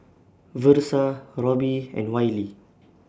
Versa Roby and Wiley